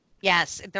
Yes